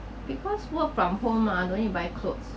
because work from home mah no need to buy clothes